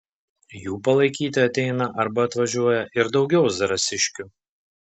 jų palaikyti ateina arba atvažiuoja ir daugiau zarasiškių